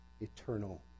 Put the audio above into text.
eternal